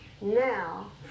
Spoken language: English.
now